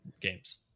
games